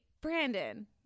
brandon